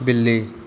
ਬਿੱਲੀ